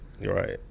Right